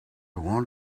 want